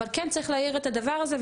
אבל כן צריך להעיר את הדבר הזה,